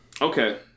Okay